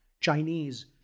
Chinese